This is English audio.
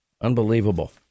Unbelievable